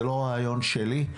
זה לא רעיון שלי,